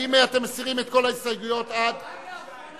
האם אתם מסירים את כל ההסתייגויות, עד היכן?